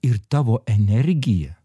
ir tavo energija